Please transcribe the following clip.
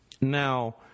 Now